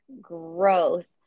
growth